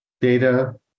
data